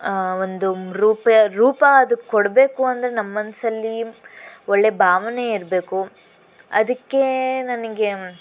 ಒಂದು ರೂಪ ರೂಪ ಅದಕ್ಕೆ ಕೊಡಬೇಕು ಅಂದರೆ ನಮ್ಮ ಮನಸಲ್ಲಿ ಒಳ್ಳೆಯ ಭಾವನೆ ಇರಬೇಕು ಅದಕ್ಕೆ ನನಗೆ